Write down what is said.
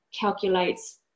calculates